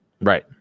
Right